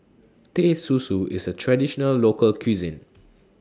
Teh Susu IS A Traditional Local Cuisine